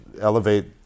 elevate